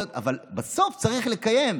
אבל בסוף צריך לקיים.